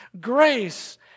Grace